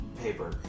paper